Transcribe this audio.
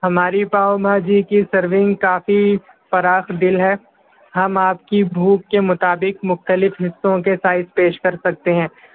ہماری پاؤ بھاجی کی سرونگ کافی فراخ دل ہے ہم آپ کی بھوک کے مطابق مختلف حصوں کے سائز پیش کر سکتے ہیں